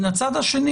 מן הצד השני,